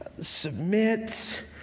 submit